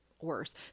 worse